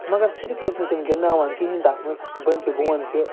مگر صِرف ٲسۍ نہٕ تِم گِنٛدناوان کِہیٖنۍ تَتھ منٛز بٔلکہِ بہٕ وَنہٕ کہِ